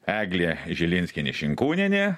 eglė žilinskienė šinkūnienė